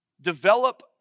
Develop